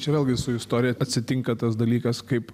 čia vėlgi su istorija atsitinka tas dalykas kaip